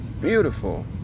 beautiful